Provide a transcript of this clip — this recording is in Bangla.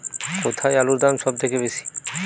কোথায় আলুর দাম সবথেকে বেশি?